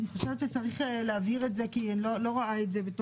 אני חושבת שצריך להבהיר את זה כי אני לא רואה את זה בתוך